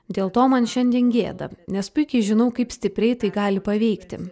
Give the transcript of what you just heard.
dėl to man šiandien gėda nes puikiai žinau kaip stipriai tai gali paveikti